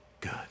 good